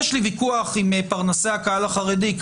יש לי ויכוח עם פרנסי הקהל החרדי כי